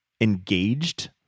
engaged